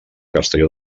castelló